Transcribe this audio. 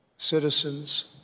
citizens